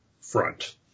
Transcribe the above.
front